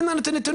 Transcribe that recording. אין לנו נתונים,